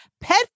Pet